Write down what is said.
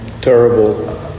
terrible